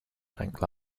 bank